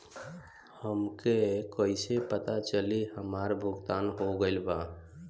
हमके कईसे पता चली हमार भुगतान हो गईल बा?